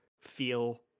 feel